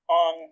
on